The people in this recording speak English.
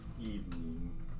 evening